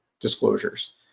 disclosures